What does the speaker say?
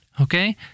okay